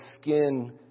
skin